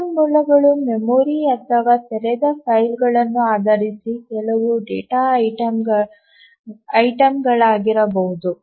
ಸಂಪನ್ಮೂಲಗಳು ಮೆಮೊರಿ ಅಥವಾ ತೆರೆದ ಫೈಲ್ಗಳನ್ನು ಆಧರಿಸಿ ಕೆಲವು ಡೇಟಾ ಐಟಂಗಳಾಗಿರಬಹುದು